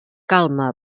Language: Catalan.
calma